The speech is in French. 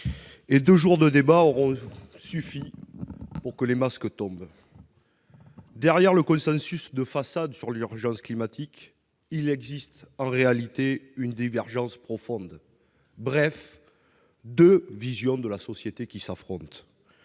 ! Deux jours de débats auront suffi pour que les masques tombent. Derrière le consensus de façade sur l'urgence climatique, il existe en réalité une divergence profonde. Bref, deux visions de société s'affrontent.